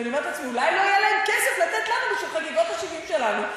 אני אומרת לעצמי: אולי לא יהיה להם כסף לתת לנו בשביל חגיגות ה-70 שלנו,